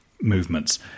movements